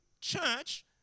church